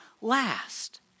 last